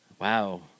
Wow